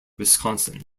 wisconsin